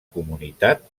comunitat